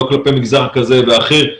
לא כלפי מגזר כזה ואחר,